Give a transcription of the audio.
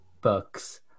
books